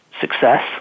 success